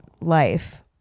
life